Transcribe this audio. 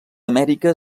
amèrica